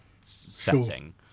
setting